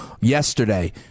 yesterday